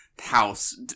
house